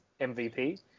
MVP